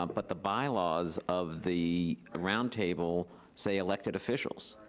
um but the by-laws of the roundtable say elected officials.